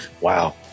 Wow